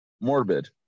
morbid